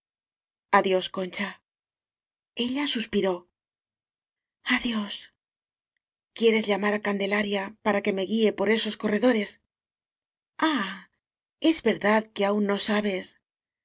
adiós concha ella suspiró adiós quieres llamar á candelaria para que me guíe por esos corredores ah es verdad que aún no sabes